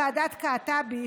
ועדת קעטבי,